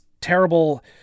terrible